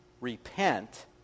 repent